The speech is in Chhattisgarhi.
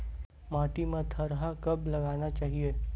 माटी मा थरहा कब उगाना चाहिए?